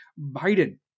biden